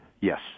Yes